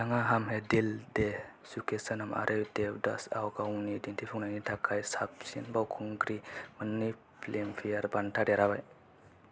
बिथाङा हाम हे दिल दे चुके सोनम आरो देबदासआव गावनि दिन्थिफुंनायनि थाखाय साबसिन फावखुंग्रि मोन्नै फिल्मफेयर बान्था देरहाबाय